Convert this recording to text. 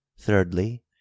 Thirdly